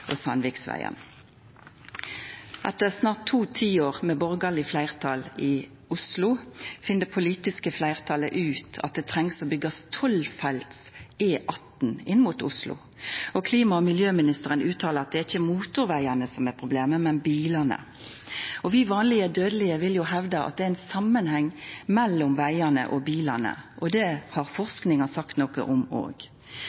og Sandviksveien. Etter snart to tiår med borgarleg fleirtal i Oslo finn det politiske fleirtalet ut at det trengst å byggjast tolvfelts E18 inn mot Oslo. Klima- og miljøministeren uttaler at det ikkje er motorvegane som er problemet, men bilane. Vi vanlege dødelege vil hevda at det er ein samanheng mellom vegane og bilane, og det har